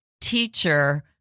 teacher